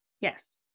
Yes